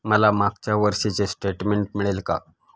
मला मागच्या वर्षीचे स्टेटमेंट मिळेल का?